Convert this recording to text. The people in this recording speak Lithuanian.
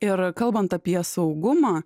ir kalbant apie saugumą